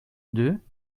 deux